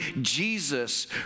Jesus